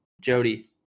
Jody